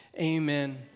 Amen